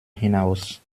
hinaus